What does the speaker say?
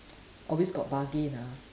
always got bargain ah